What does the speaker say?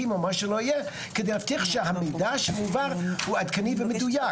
או מה שלא יהיה כדי להבטיח שהמידע שמועבר הוא עדכני ומדויק?